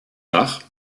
dach